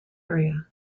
area